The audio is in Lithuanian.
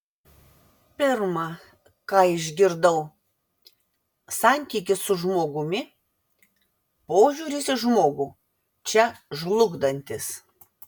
pirma ką išgirdau santykis su žmogumi požiūris į žmogų čia žlugdantis